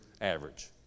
average